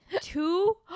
two